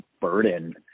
burden